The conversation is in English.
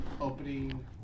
opening